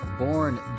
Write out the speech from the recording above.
born